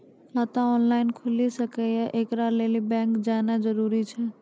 खाता ऑनलाइन खूलि सकै यै? एकरा लेल बैंक जेनाय जरूरी एछि?